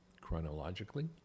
Chronologically